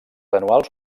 anuals